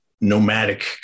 nomadic